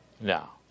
Now